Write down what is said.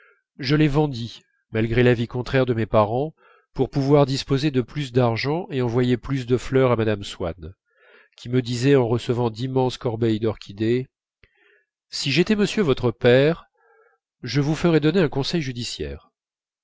je les vendis malgré l'avis contraire de mes parents pour pouvoir disposer de plus d'argent et envoyer plus de fleurs à mme swann qui me disait en recevant d'immenses corbeilles d'orchidées si j'étais monsieur votre père je vous ferais donner un conseil judiciaire